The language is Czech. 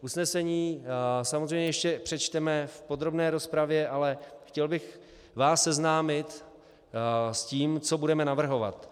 Usnesení samozřejmě ještě přečteme v podrobné rozpravě, ale chtěl bych vás seznámit s tím, co budeme navrhovat.